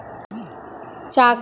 চাকরি না করলে কি ঋণ পাওয়া যায় না?